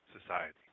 society